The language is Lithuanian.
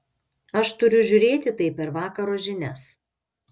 aš turiu žiūrėti tai per vakaro žinias